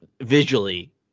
visually